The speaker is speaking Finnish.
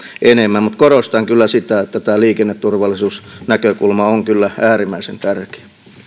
enemmän mutta korostan kyllä sitä että tämä liikenneturvallisuusnäkökulma on kyllä äärimmäisen tärkeä